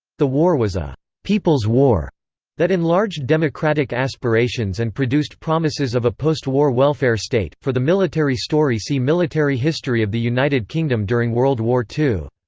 the war was a people's war that enlarged democratic aspirations and produced promises of a postwar welfare state for the military story see military history of the united kingdom during world war ii.